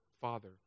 Father